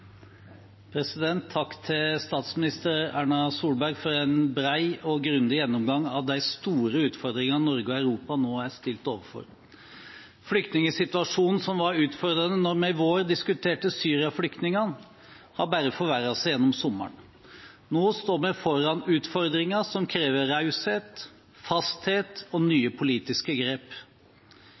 Takk til statsminister Erna Solberg for en bred og grundig gjennomgang av de store utfordringene Norge og Europa nå er stilt overfor. Flyktningsituasjonen, som var utfordrende da vi i vår diskuterte Syria-flyktningene, har bare forverret seg gjennom sommeren. Nå står vi foran utfordringer som krever raushet, fasthet og nye politiske grep.